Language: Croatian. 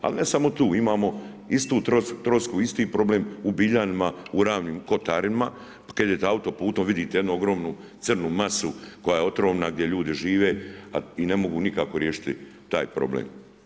Ali, ne samo tu imamo istu trosku, isti problem u Biljanima, u Ravnim kotarima, kad idete autoputom, vidite jednu ogromnu crnu masu, koja je otrovna, gdje ljudi žive i ne mogu nikako riješiti taj problem.